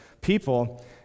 people